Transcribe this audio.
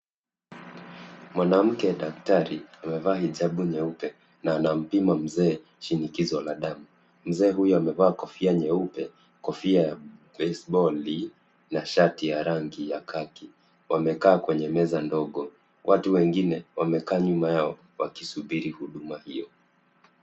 Mwanamke daktari amevaa hijabu nyeupe, na anampima mzee shinikizo la damu. Mzee huyo amevaa kofia nyeupe, kofia ya baseboli na shati ya rangi ya khaki, wamekaa kwenye meza ndogo. Watu wengine wamekaa nyuma yao wakisubiri huduma hiyo.